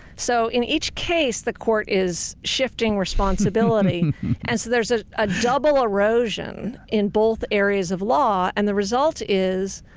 so in each case, the court is shifting responsibility and so there's a ah double erosion in both areas of law and the result is,